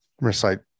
recite